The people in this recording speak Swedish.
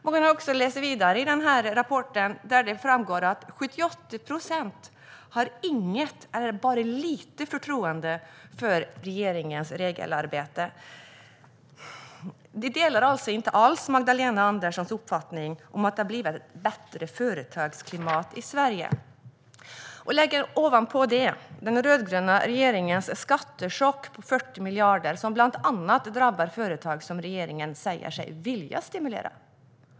Man kan läsa vidare i rapporten, där det framgår att 78 procent har inget eller bara lite förtroende för regeringens regelarbete. Företagarna delar alltså inte alls Magdalena Anderssons uppfattning att det har blivit ett bättre företagsklimat i Sverige. Lägg ovanpå det den rödgröna regeringens skattechock på 40 miljarder, som bland annat drabbar de företag som regeringen säger sig vilja stimulera.